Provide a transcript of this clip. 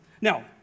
Now